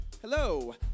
Hello